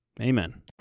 amen